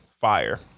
fire